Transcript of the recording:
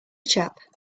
chap